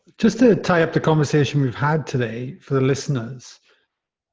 just to tie up the conversation we've had today for the listeners,